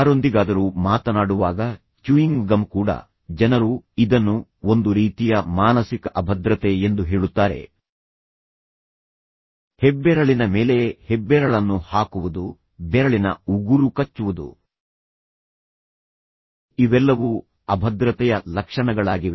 ಯಾರೊಂದಿಗಾದರೂ ಮಾತನಾಡುವಾಗ chewing gum ಕೂಡ ಜನರು ಇದನ್ನು ಒಂದು ರೀತಿಯ ಮಾನಸಿಕ ಅಭದ್ರತೆ ಎಂದು ಹೇಳುತ್ತಾರೆ ಹೆಬ್ಬೆರಳಿನ ಮೇಲೆ ಹೆಬ್ಬೆರಳನ್ನು ಹಾಕುವುದು ಬೆರಳಿನ ಉಗುರು ಕಚ್ಚುವುದು ಇವೆಲ್ಲವೂ ಅಭದ್ರತೆಯ ಲಕ್ಷಣಗಳಾಗಿವೆ